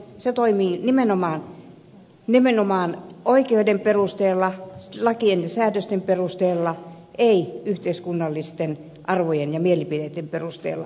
se toimii nimenomaan oikeuden perusteella lakien ja säädösten perusteella ei yhteiskunnallisten arvojen ja mielipiteitten perusteella